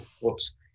Whoops